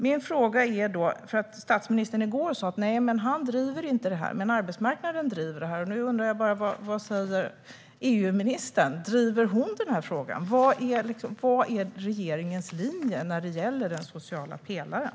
Jag har då en fråga. Statsministern sa i går att han inte driver det här, men arbetsmarknaden driver detta. Nu undrar jag bara: Vad säger EU-ministern? Driver hon den frågan? Vad är regeringens linje när det gäller den sociala pelaren?